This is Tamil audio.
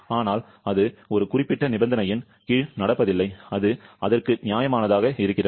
ஆனால் அது ஒரு குறிப்பிட்ட நிபந்தனையின் கீழ் நடப்பதில்லை அது அதற்கு நியாயமானதாக இருக்கிறது